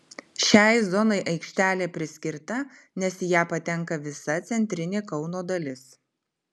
šiai zonai aikštelė priskirta nes į ją patenka visa centrinė kauno dalis